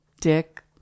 dick